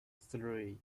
three